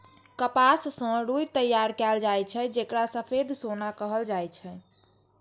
कपास सं रुई तैयार कैल जाए छै, जेकरा सफेद सोना कहल जाए छै